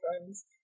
friends